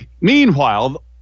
Meanwhile